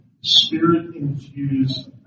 spirit-infused